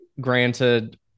granted